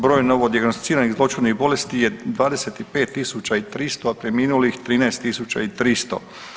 Broj novo dijagnosticiranih zloćudnih bolesti je 25300 a preminulih 13300.